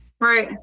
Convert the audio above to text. Right